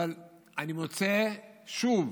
אבל אני מוצא שוב